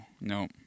No